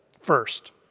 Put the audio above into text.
First